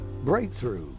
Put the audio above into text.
Breakthrough